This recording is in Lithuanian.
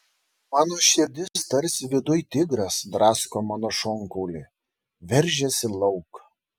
mano širdis tarsi viduj tigras drasko mano šonkaulį veržiasi lauk